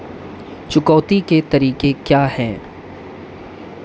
चुकौती के तरीके क्या हैं?